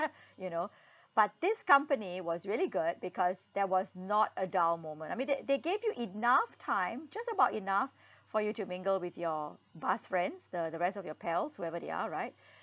you know but this company was really good because there was not a dull moment I mean they they gave you enough time just about enough for you to mingle with your bus friends the the rest of your pals wherever they are right